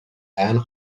and